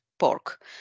Pork